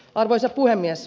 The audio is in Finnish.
arvoisa puhemies